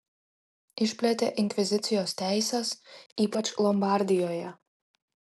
išplėtė inkvizicijos teises ypač lombardijoje